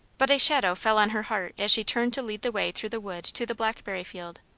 but a shadow fell on her heart as she turned to lead the way through the wood to the blackberry field.